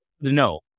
No